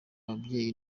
ababyeyi